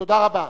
תודה רבה.